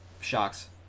shocks